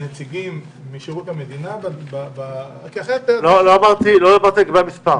לנציגים משירות המדינה במועצה --- לא דברתי על מספר.